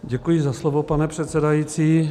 Děkuji za slovo, pane předsedající.